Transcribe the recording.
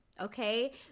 okay